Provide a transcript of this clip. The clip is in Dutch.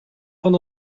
van